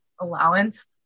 allowance